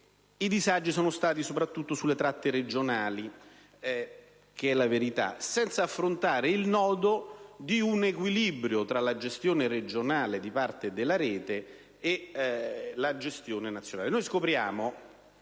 i disagi hanno riguardato soprattutto le tratte regionali (anche se è la verità) senza affrontare il nodo di un equilibrio tra la gestione regionale di parte della rete e la gestione nazionale.